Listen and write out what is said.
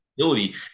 ability